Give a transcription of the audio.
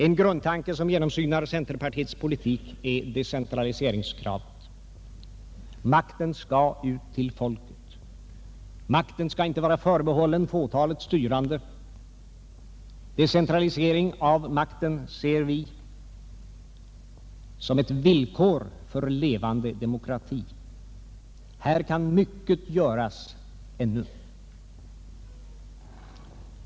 En grundtanke som genomsyrar centerpartiets politik är decentraliseringskravet. Makten skall ut till folket, makten skall inte vara förbehållen fätalet styrande. Decentralisering av makten ser vi som ett villkor för levande demokrati. Här kan mycket göras ännu.